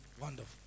wonderful